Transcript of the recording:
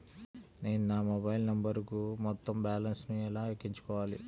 నేను నా మొబైల్ నంబరుకు మొత్తం బాలన్స్ ను ఎలా ఎక్కించుకోవాలి?